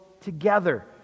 together